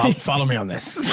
um follow me on this.